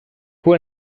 fue